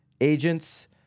agents